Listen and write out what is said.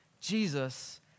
Jesus